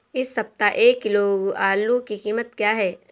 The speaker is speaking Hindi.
इस सप्ताह एक किलो आलू की कीमत क्या है?